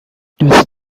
دوست